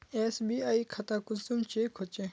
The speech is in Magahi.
एस.बी.आई खाता कुंसम चेक होचे?